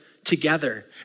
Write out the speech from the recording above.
together